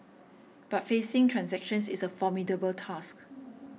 but facing transactions is a formidable task